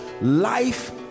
life